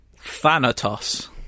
Thanatos